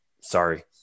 sorry